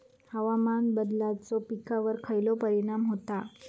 हवामान बदलाचो पिकावर खयचो परिणाम होता?